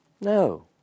no